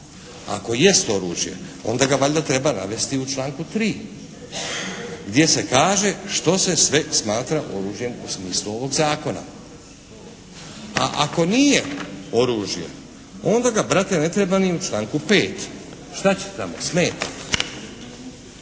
Ako jest oružje onda ga valjda treba navesti u članku 3. gdje se kaže što se sve smatra oružjem u smislu ovog zakona. A ako nije oružje, onda ga brate ne treba ni u članku 5. Šta će tamo? Smeta.